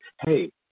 hey